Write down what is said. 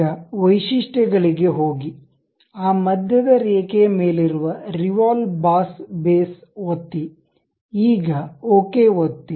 ಈಗ ವೈಶಿಷ್ಟ್ಯಗಳಿಗೆ ಹೋಗಿ ಆ ಮಧ್ಯದ ರೇಖೆಯ ಮೇಲಿರುವ ರಿವಾಲ್ವ್ ಬಾಸ್ ಬೇಸ್ ಒತ್ತಿ ಈಗ ಓಕೆ ಒತ್ತಿ